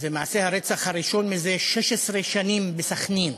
זה מעשה הרצח הראשון זה 16 שנים בסח'נין.